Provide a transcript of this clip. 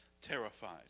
terrified